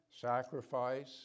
Sacrifice